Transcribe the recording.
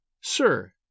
Sir